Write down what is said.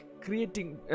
creating